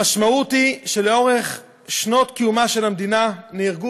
המשמעות היא שלאורך שנות קיומה של המדינה נהרגו